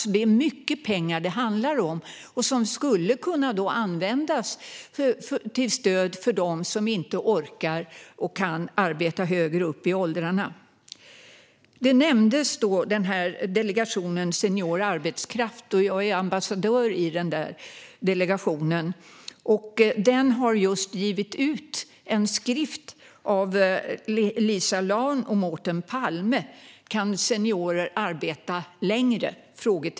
Det handlar alltså om mycket pengar, och de skulle kunna användas till stöd för dem som inte orkar och kan arbeta högre upp i åldrarna. Delegationen för senior arbetskraft nämndes, och jag är ambassadör för den. Delegationen har just givit ut en skrift av Lisa Laun och Mårten Palme, Kan seniorer arbeta längre?